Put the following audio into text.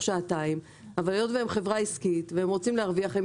שעתיים אבל היות והם חברה עסקית שרוצה להרוויח,